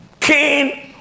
king